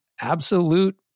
absolute